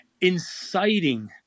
inciting